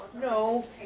No